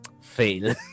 fail